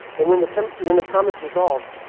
and when the um when the promise resolves,